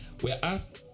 whereas